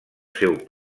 seu